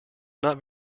not